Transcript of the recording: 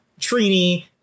Trini